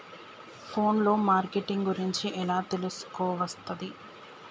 Phone లో marketing గురించి ఎలా తెలుసుకోవస్తది?